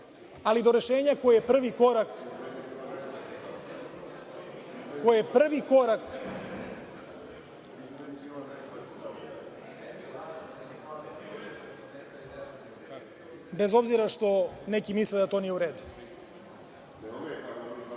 ali do rešenja koji je prvi korak, bez obzira što neki misle da to nije u redu. Kada